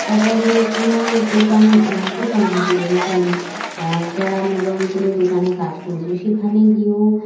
তারপরে কোনো দোকান দোকান ঘাটে যেরকম যারা মনে করো আমি কোনো দোকানে কাজ করেছি সেখানে গিয়েও